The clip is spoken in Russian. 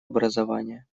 образования